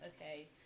Okay